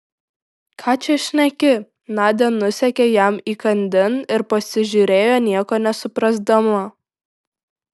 ką čia šneki nadia nusekė jam įkandin ir pasižiūrėjo nieko nesuprasdama